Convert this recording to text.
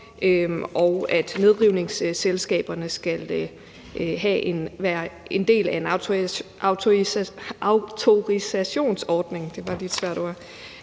og at nedrivningsselskaberne skal være en del af en autorisationsordning.